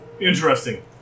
Interesting